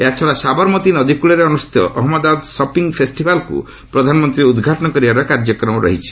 ଏହାଛଡ଼ା ସାବରମତୀ ନଦୀ କ୍ୱଳରେ ଅନୁଷ୍ଠିତ ଅହଞ୍ଚଳଦାବାଦ ସପିଂ ଫେଷ୍ଟିଭାଲ୍କୁ ପ୍ରଧାନମନ୍ତ୍ରୀ ଉଦ୍ଘାଟନ କରିବାର କାର୍ଯ୍ୟକ୍ରମ ରହିଛି